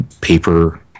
paper